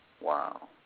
Wow